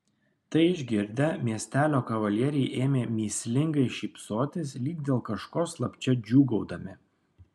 tai išgirdę miestelio kavalieriai ėmė mįslingai šypsotis lyg dėl kažko slapčia džiūgaudami